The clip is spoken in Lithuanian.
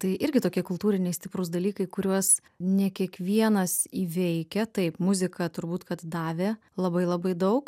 tai irgi tokie kultūriniai stiprūs dalykai kuriuos ne kiekvienas įveikia taip muzika turbūt kad davė labai labai daug